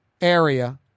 area